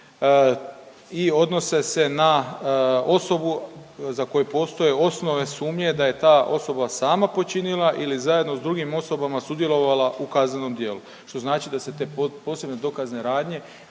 i odnose se na osobu za koju postoje osnovne sumnje da je ta osoba sama počinila ili zajedno sa drugim osobama sudjelovala u kaznenom djelu što znači da se te posebne dokazne radnje